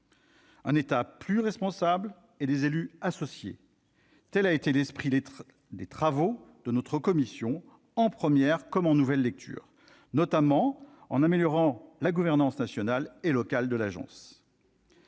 Un État plus responsable et des élus associés : telle a été la ligne directrice des travaux de notre commission, en première comme en nouvelle lecture, notamment pour améliorer la gouvernance nationale et locale de l'agence.